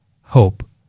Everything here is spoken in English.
hope